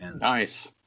Nice